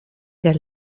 der